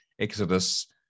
exodus